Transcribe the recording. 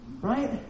Right